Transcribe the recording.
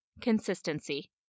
Consistency